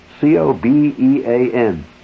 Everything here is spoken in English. C-O-B-E-A-N